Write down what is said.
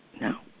no